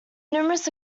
numerous